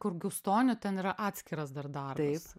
kur gustonių ten yra atskiras dar darbas